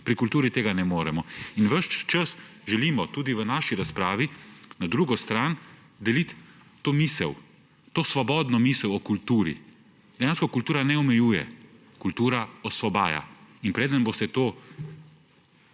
pri kulturi tega ne moremo. Ves čas želimo tudi v naši razpravi na drugo stran deliti to misel, to svobodno misel o kulturi. Dejansko kultura ne omejuje, kultura osvobaja. In prej ko boste to